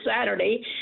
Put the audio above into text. Saturday